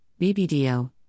BBDO